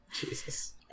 Jesus